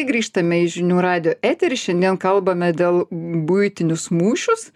grįžtame į žinių radijo eterį šiandien kalbame dėl buitinius mūšius